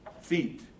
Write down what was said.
feet